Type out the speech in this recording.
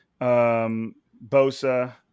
Bosa